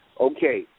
Okay